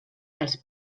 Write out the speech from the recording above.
als